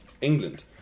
England